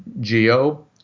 geo